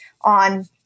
on